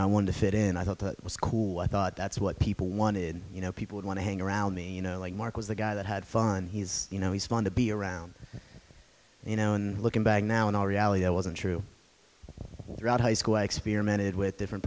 know i wanted to fit in i thought that was cool i thought that's what people wanted you know people would want to hang around me you know like mark was the guy that had fun he's you know he's fun to be around you know and looking back now in all reality i wasn't true throughout high school i experimented with different